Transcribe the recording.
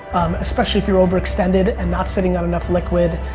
especially if you're overextended and not sitting on enough liquid.